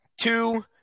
two